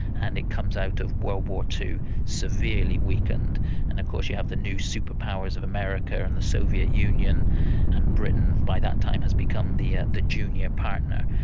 and it comes out of world war ii severely weakened. and of course you have the new superpowers of america and the soviet union and britain by that time has become the the junior partner.